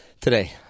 Today